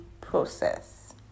process